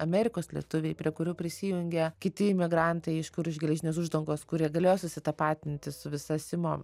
amerikos lietuviai prie kurių prisijungė kiti imigrantai iš kur už geležinės uždangos kurie galėjo susitapatinti su visa simo